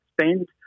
spend